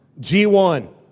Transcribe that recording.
G1